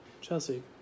Chelsea